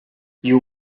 you